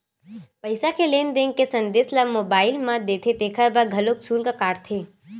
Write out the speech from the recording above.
पईसा के लेन देन के संदेस ल मोबईल म देथे तेखर बर घलोक सुल्क काटथे